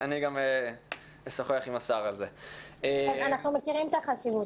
אנחנו שמחים לארח אתכם בוועדת החינוך.